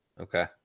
Okay